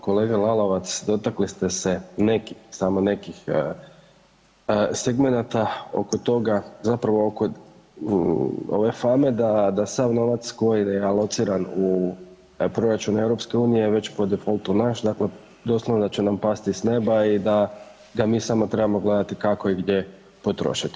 Kolega Lalovac, dotakli ste se nekih, samo nekih segmenata oko toga zapravo oko ove fame da, da sav novac koji je alociran u proračunu EU je po defoltu naš, dakle doslovno da će nam pasti s neba i da ga mi samo trebamo gledati kako i gdje potrošiti.